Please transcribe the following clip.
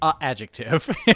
adjective